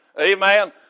Amen